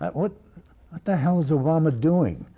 but what what the hell is obama doing?